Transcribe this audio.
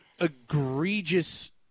egregious